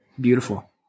Beautiful